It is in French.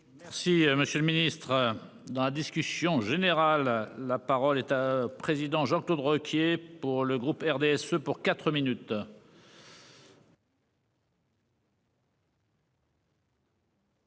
Si Monsieur le Ministre, dans la discussion générale. La parole est un président Jean-Claude Requier pour le groupe RDSE pour 4 minutes.